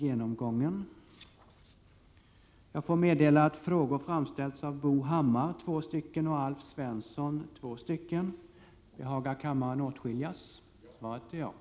Det är, som jag har påtalat, ett Prot. 1987/88:118 missförstånd från moderaternas sida. 10 maj 1988